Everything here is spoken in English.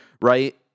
right